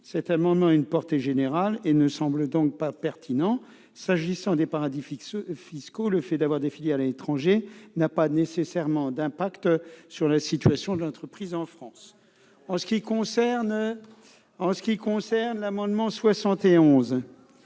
Cet amendement a une portée générale et ne semble donc pas pertinent. S'agissant des paradis fiscaux, le fait d'avoir des filiales à l'étranger n'a pas nécessairement d'impact sur la situation de l'entreprise en France. L'amendement n°